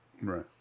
right